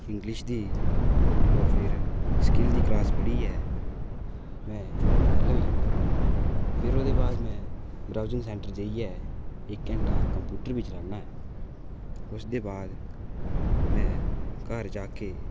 English दी होर फिर स्किल्ल दी क्लास पढ़ियै में बेल्ला होई जन्नां फिर ओह्दे बाद में ब्रोजिंग सैंटर जाइयै इक घैंटा कम्प्यूटर बी चलान्ना ऐं उस दे बाद में घर जाइयै